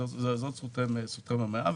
זו זכותכם המלאה.